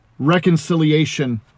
reconciliation